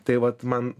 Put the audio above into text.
tai vat man